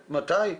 למתי?